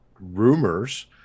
rumors